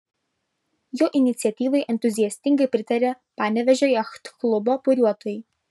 jo iniciatyvai entuziastingai pritarė panevėžio jachtklubo buriuotojai